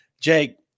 Jake